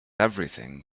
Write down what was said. everything